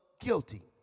guilty